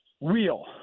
real